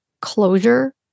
closure